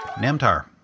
Namtar